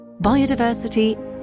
biodiversity